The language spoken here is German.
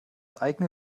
eigene